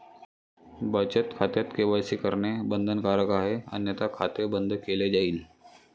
बचत खात्यात के.वाय.सी करणे बंधनकारक आहे अन्यथा खाते बंद केले जाईल